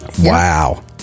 Wow